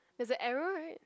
there's a arrow right